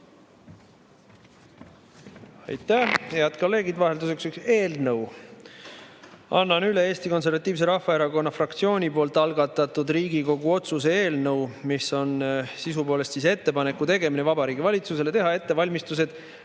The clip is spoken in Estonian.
Aitäh! Head kolleegid! Vahelduseks üks eelnõu. Annan üle Eesti Konservatiivse Rahvaerakonna fraktsiooni algatatud Riigikogu otsuse eelnõu, mis on sisu poolest ettepanek Vabariigi Valitsusele teha ettevalmistused